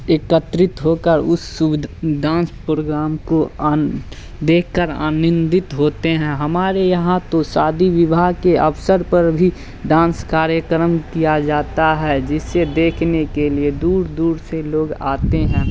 एकत्रित हो कर उस सुविध डांस प्रोग्राम को आन देख कर आनंदित होते हैं हमारे यहाँ तो शादी विवाह के अवसर पर भी डांस कार्यक्रम किया जाता है जिसे देखने के लिए दूर दूर से लोग आते हैं